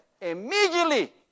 immediately